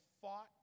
fought